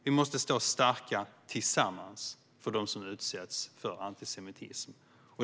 Vi måste stå starka tillsammans för dem som utsätts för antisemitism.